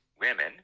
women